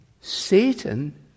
Satan